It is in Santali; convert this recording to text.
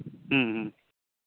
ᱦᱮᱸ ᱦᱮᱸ